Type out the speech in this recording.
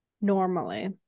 normally